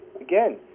Again